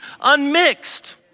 unmixed